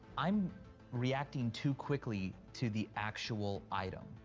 i'm reacting too quickly to the actual item.